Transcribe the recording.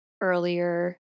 earlier